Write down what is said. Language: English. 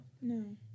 No